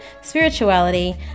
spirituality